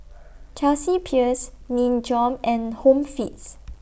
Chelsea Peers Nin Jiom and Home Fix